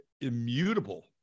immutable